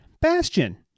Bastion